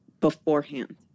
beforehand